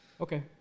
Okay